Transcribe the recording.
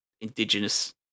indigenous